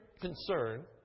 concern